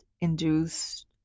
induced